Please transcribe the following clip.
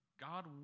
God